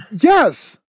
Yes